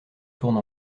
tourne